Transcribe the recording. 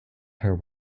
her